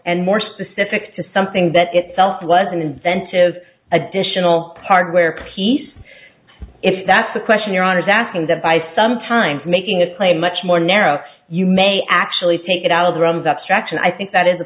and more specific to something that itself was an inventive additional hardware piece if that's a question iran is asking that by sometimes making a play much more narrow you may actually take it out of the realms abstraction i think that is a